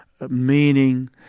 meaning